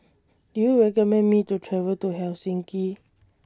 Do YOU recommend Me to travel to Helsinki